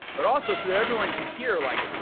but also so that everyone can hear like,